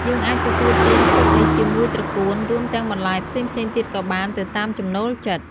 យើងអាចទទួលទានស៊ុបនេះជាមួយត្រកួន រួមទាំងបន្លែផ្សេងៗទៀតក៏បាន ទៅតាមចំណូលចិត្ត។